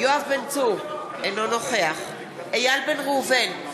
אינו נוכח איל בן ראובן,